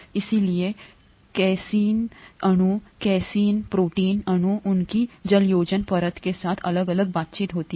इसलिए कैसिइन अणु casein protein अणु उनकी जलयोजन परत के साथ अलग अलग बातचीत होती है